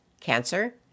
cancer